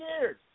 years